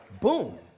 boom